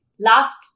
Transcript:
Last